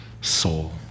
soul